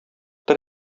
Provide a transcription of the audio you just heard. тор